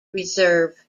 reserve